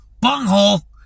Bunghole